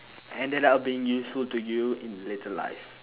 ended up being useful to you in later life